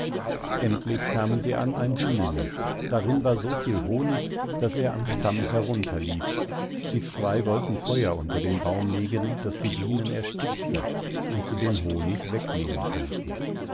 endlich kamen sie an ein bienennest darin war so viel honig daß er am stamm herunterlief die zwei wollten feuer unter den baum legen daß die bienen erstickten und sie den honig wegnehmen könnten